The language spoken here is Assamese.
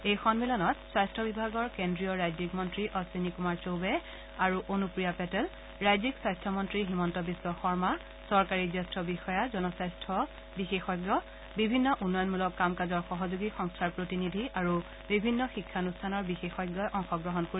এই সমিলনত স্বাস্থ্য বিভাগৰ কেন্দ্ৰীয় ৰাজ্যিক মন্ত্ৰী অধিনী কৃমাৰ ছৌবে আৰু অনুপ্ৰিয়া পেটেল ৰাজ্যিক স্বাস্থ্য মন্ত্ৰী হিমন্ত বিধ শৰ্মা জ্যেষ্ঠ বিষয়া জনস্বাস্থ্য বিশেষজ্ঞ বিভিন্ন উন্নয়নমূলক কামকাজৰ সহযোগী সংস্থাৰ প্ৰতিনিধি আৰু বিভিন্ন শিক্ষানুষ্ঠানৰ বিশেষজ্ঞই অংশগ্ৰহণ কৰিব